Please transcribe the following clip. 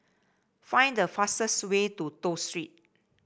find the fastest way to Toh Street